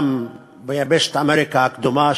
גם ביבשת אמריקה הקדומה,